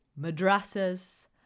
madrasas